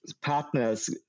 partner's